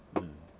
mm